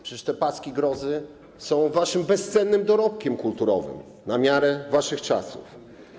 Przecież te paski grozy są waszym bezcennym dorobkiem kulturowym na miarę waszych czasów.